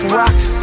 rocks